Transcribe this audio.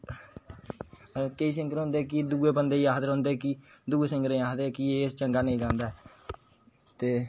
केंई सिंगर होंदे कि दुऐ बंदे गी आक्खदे रौंहदे कि दुऐ सिंगरे गी आक्खदे कि एह् चंगा नेई गांदा ऐ ते